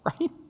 right